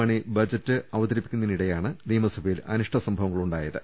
Mani budget അവതരിപ്പിക്കുന്നതിനിടെയാണ് നിയമസഭയിൽ അനിഷ്ട സം ഭവങ്ങൾ ഉണ്ടായത്